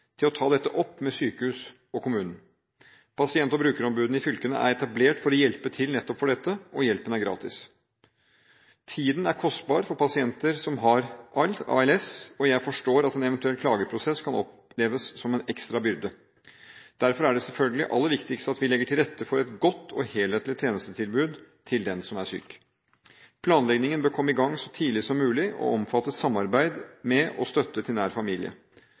til å ta dette opp med sykehuset eller kommunen. Pasient- og brukerombudene i fylkene er etablert for å hjelpe til med nettopp dette, og hjelpen er gratis. Tiden er kostbar for pasienter som har ALS, og jeg forstår at en eventuell klageprosess kan oppleves som en ekstra byrde. Derfor er det selvfølgelig aller viktigst at vi legger til rette for et godt og helhetlig tjenestetilbud til den som er syk. Planleggingen bør komme i gang så tidlig som mulig og omfatte samarbeid med og støtte til nær familie.